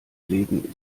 leben